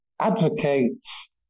advocates